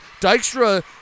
Dykstra